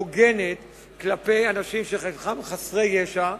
הוגנת כלפי אנשים שחלקם חסרי ישע,